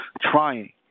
trying